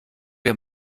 wir